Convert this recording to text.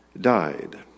died